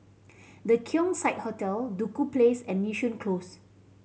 The Keong Saik Hotel Duku Place and Yishun Close